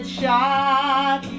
shot